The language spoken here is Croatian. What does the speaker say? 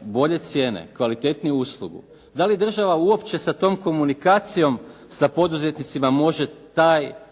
bolje cijene, kvalitetniju uslugu? Da li država uopće sa tom komunikacijom sa poduzetnicima može taj